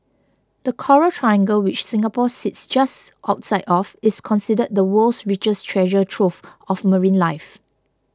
the coral triangle which Singapore sits just outside of is considered the world's richest treasure trove of marine life